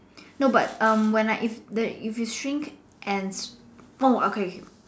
no but um when I if the if you shrink ants no okay okay